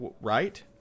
right